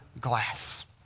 glass